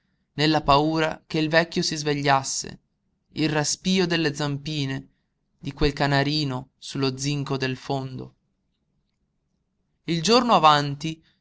nella paura che il vecchio si svegliasse il raspío delle zampine di quel canarino su lo zinco del fondo il giorno avanti